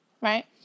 Right